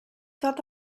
thought